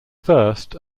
first